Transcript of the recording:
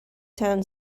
town